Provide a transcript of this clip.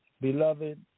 Beloved